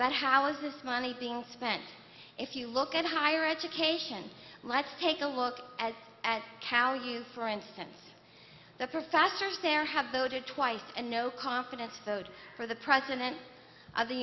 but how is this money being spent if you look at higher education let's take a look at cal used for instance the professor there have voted twice and no confidence vote for the president of the